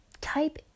type